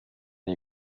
die